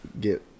get